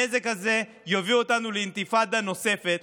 הנזק הזה יביא אותנו לאינתיפאדה נוספת.